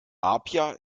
apia